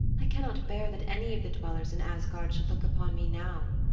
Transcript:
i cannot bear that any of the dwellers in asgard should look upon me now.